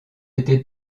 été